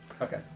Okay